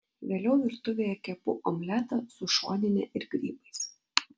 vėliau virtuvėje kepu omletą su šonine ir grybais